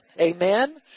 Amen